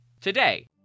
today